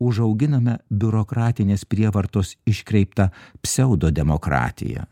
užauginame biurokratinės prievartos iškreiptą pseudodemokratiją